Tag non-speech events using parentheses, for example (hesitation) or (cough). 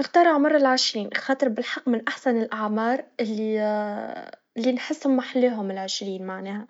نختار عمر العشرين, لخاطر بالحق من أحسن الأعمار اللي (hesitation) اللي نحس محلاهم العشرين معناها,